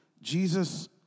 Jesus